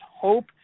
hope